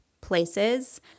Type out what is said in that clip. places